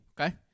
Okay